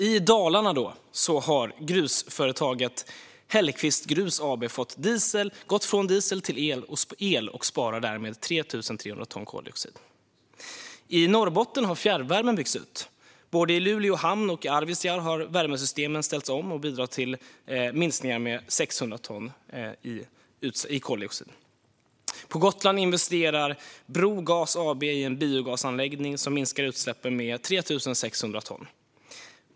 I Dalarna har grusföretaget Hellkvist Grus gått från diesel till el. Man sparar därmed 3 300 ton koldioxid. I Norrbotten har fjärrvärmen byggts ut. Både i Luleå hamn och i Arvidsjaur har värmesystemen ställts om, vilket bidrar till koldioxidminskningar på 600 ton. På Gotland investerar Brogas AB i en biogasanläggning som minskar utsläppen med 3 600 ton.